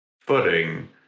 footing